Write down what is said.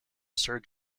sir